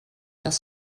das